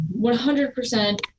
100%